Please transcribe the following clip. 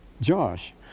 Josh